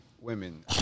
women